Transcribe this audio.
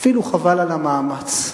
אפילו חבל על המאמץ.